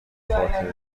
خاطره